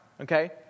Okay